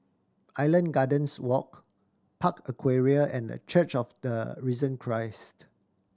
Island Gardens Walk Park Aquaria and The Church of the Risen Christ